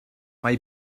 mae